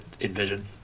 envision